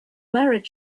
married